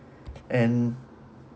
and